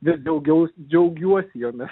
vis daugiau džiaugiuosi jomis